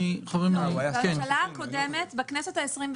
בממשלה הקודמת בכנסת ה-23